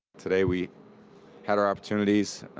today, we had our opportunities.